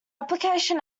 application